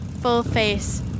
full-face